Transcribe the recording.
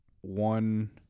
one